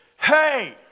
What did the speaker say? Hey